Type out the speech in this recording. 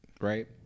right